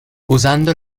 usando